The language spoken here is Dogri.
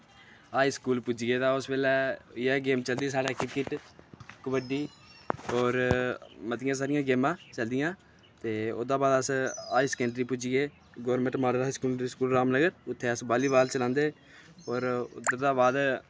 हाई स्कूल पुज्जी गे ते अस उस बेल्लै उत्थें इयै गेम चलदी ही साढ़ै क्रिकेट कबड्डी और मतियां सारियां गेमां चलदियां ते ओहदा हा बाद अस हायर स्कैंडरी पुज्जी गे government model higher secondary school Ramnagar उत्थें अस बालीबाल चलांदे ते उद्धर दे बाद